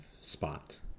spot